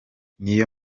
niyo